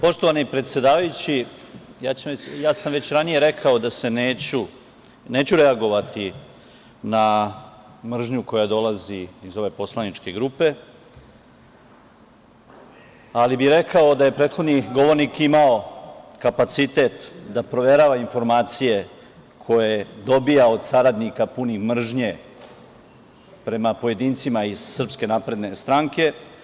Poštovani predsedavajući, ja sam već ranije rekao da neću reagovati na mržnju koja dolazi iz ove poslaničke grupe, ali bih rekao da je prethodni govornik imao kapacitet da proverava informacije, koje dobija od saradnika, punih mržnje prema pojedincima iz SNS.